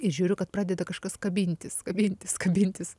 žiūriu kad pradeda kažkas kabintis kabintis kabintis